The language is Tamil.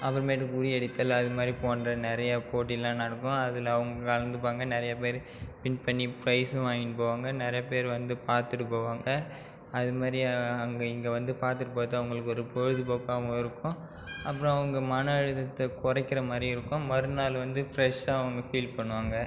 அப்புறமேட்டுக்கு உரி அடித்தல் அதுமாதிரி போன்ற நிறைய போட்டியெலாம் நடக்கும் அதில் அவங்க கலந்துப்பாங்க நிறைய பேர் வின் பண்ணி ப்ரைஸும் வாங்கிட்டு போவாங்க நிறைய பேர் வந்து பார்த்துட்டு போவாங்க அதுமாதிரி அங்கே இங்கே வந்து பார்த்துட்டு போகிறது அவங்களுக்கு ஒரு பொழுதுபோக்காவும் இருக்கும் அப்புறம் அவங்க மன அழுத்தத்தை குறைக்கிற மாதிரி இருக்கும் மறுநாள் வந்து ஃப்ரெஷ்ஷாக அவங்க ஃபீல் பண்ணுவாங்க